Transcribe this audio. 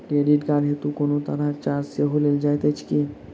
Credit card हेतु कोनो तरहक चार्ज सेहो लेल जाइत अछि की?